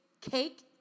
cake